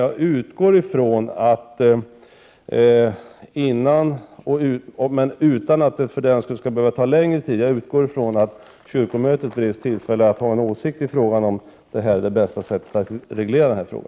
Jag utgår från att, utan att det för den skull skall behöva ta längre tid, kyrkomötet bereds tillfälle att ha en åsikt om huruvida detta är det bästa sättet att reglera denna fråga.